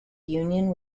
union